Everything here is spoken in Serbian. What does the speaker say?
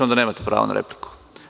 Onda nemate pravo na repliku.